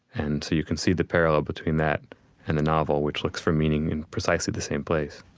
and so you can see the parallel between that and the novel, which looks for meaning in precisely the same place